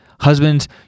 husbands